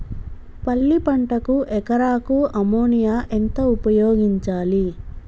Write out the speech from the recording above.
పల్లి పంటకు ఎకరాకు అమోనియా ఎంత ఉపయోగించాలి?